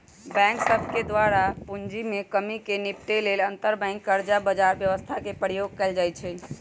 bank सभके द्वारा पूंजी में कम्मि से निपटे लेल अंतरबैंक कर्जा बजार व्यवस्था के प्रयोग कएल जाइ छइ